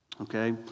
Okay